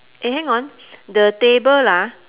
eh hang on the table ah